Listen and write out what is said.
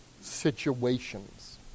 situations